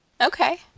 Okay